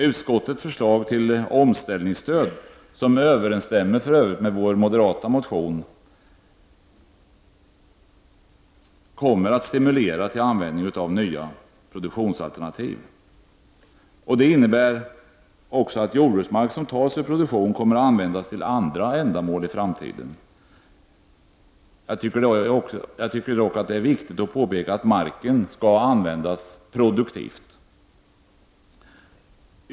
Utskottets förslag till omställningsstöd — som för övrigt överensstämmer med vår moderata motion — kommer att stimulera till användning av nya produktionsalternativ. Det innebär också att jordbruksmark som tas ur produktion kommer att användas till andra ändamål i framtiden. Jag tycker dock att det är viktigt att påpeka att marken skall användas produktivt.